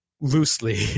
loosely